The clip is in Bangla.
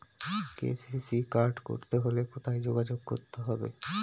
কে.সি.সি কার্ড করতে হলে কোথায় যোগাযোগ করতে হবে?